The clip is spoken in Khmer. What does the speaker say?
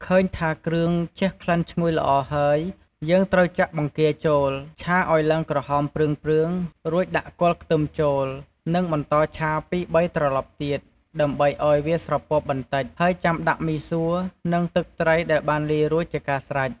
ឃើញថាគ្រឿងជះក្លិនឈ្ញុយល្អហើយ យើងត្រូវចាក់បង្គាចូល ឆាឲ្យឡើងក្រហមព្រឿងៗ រួចដាក់គល់ខ្ទឹមចូល និងបន្តឆាពីរបីត្រឡប់ទៀត ដើម្បីឱ្យវាស្រពាប់បន្តិច ហើយចាំដាក់មីសួរ និងទឹកត្រីដែលបានលាយរួចជាការស្រេច។